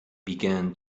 began